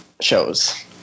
shows